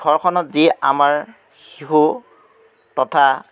ঘৰখনত যি আমাৰ শিশু তথা